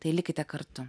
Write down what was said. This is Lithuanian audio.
tai likite kartu